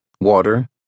water